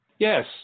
Yes